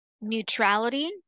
neutrality